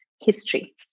history